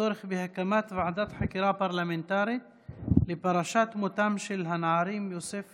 הצורך בהקמת ועדת חקירה פרלמנטרית לפרשת מותם של הנערים יוסף